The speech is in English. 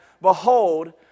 Behold